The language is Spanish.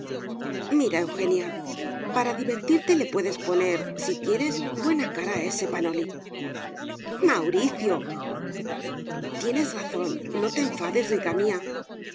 mira eugenia para divertirte le puedes poner si quieres buena cara a ese panoli mauricio tienes razón no te enfades rica